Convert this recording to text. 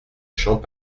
champs